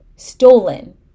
stolen